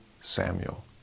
Samuel